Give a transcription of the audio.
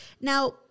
Now